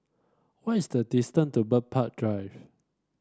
what is the distance to Bird Park Drive